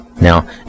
Now